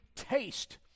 taste